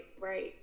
Right